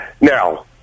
now